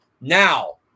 Now